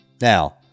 now